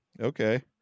Okay